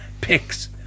Picks